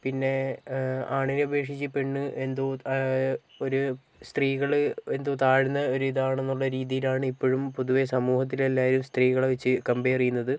പിന്നെ ആണിനെ അപേക്ഷിച്ച് പെണ്ണ് എന്തോ ഒരു സ്ത്രീകൾ എന്തോ താഴ്ന്ന ഒരു ഇതാണെന്നുള്ള രീതിയിലാണ് ഇപ്പോഴും പൊതുവേ സമൂഹത്തിൽ എല്ലാവരും സ്ത്രീകളെ വച്ച് കമ്പയർ ചെയ്യുന്നത്